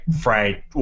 fried